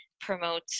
promote